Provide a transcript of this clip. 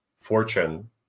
fortune